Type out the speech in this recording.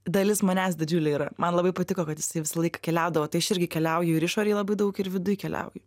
dalis manęs didžiulė yra man labai patiko kad jisai visąlaik keliaudavo tai aš irgi keliauju ir išorėj labai daug ir viduj keliauju